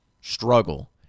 Struggle